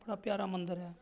बड़ा प्यारा मंदर ऐ